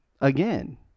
again